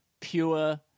pure